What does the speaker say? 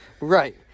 Right